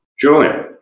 Julian